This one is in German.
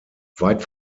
weit